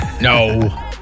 No